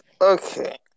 Okay